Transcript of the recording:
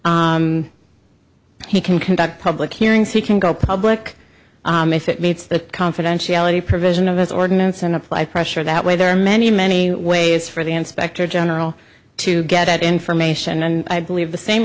discipline he can conduct public hearings he can go public if it meets the confidentiality provision of his ordinance and apply pressure that way there are many many ways for the inspector general to get that information and i believe the same